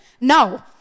No